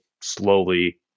slowly